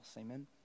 Amen